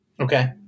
Okay